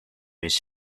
his